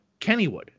Kennywood